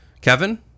Kevin